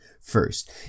first